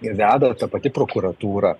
veda ta pati prokuratūra